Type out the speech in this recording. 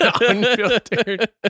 Unfiltered